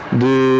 de